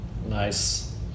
Nice